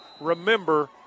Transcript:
Remember